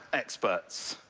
experts,